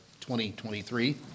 2023